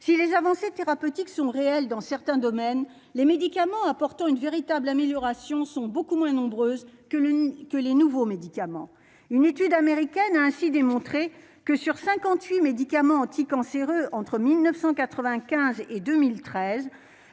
si les avancées thérapeutiques sont réelles dans certains domaines, les médicaments apportant une véritable amélioration sont beaucoup moins nombreuses que l'une que les nouveaux médicaments, une étude américaine a ainsi démontré que sur 58 médicaments anticancéreux, entre 1995 et 2013